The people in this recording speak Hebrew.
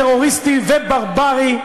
טרוריסטי וברברי,